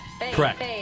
Correct